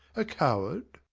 a coward?